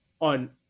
on